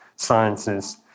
Sciences